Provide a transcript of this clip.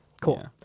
cool